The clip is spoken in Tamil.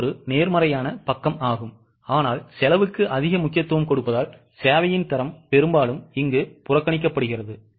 இது ஒரு நேர்மறையான பக்கமாகும் ஆனால் செலவுக்கு அதிக முக்கியத்துவம் கொடுப்பதால் சேவையின் தரம் பெரும்பாலும் புறக்கணிக்கப்படுகிறது